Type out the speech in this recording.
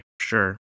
sure